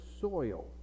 soil